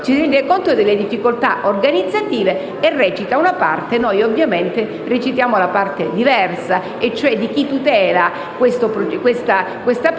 si rende conto delle difficoltà organizzative e recita una parte. Noi ovviamente recitiamo una parte diversa, cioè quella di chi tutela questa proroga